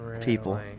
people